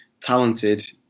talented